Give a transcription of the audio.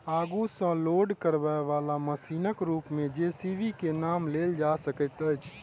आगू सॅ लोड करयबाला मशीनक रूप मे जे.सी.बी के नाम लेल जा सकैत अछि